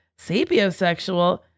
sapiosexual